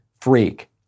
freak